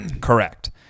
Correct